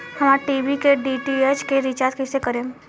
हमार टी.वी के डी.टी.एच के रीचार्ज कईसे करेम?